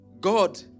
God